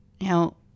Now